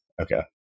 Okay